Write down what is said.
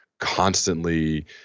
constantly